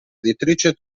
editrice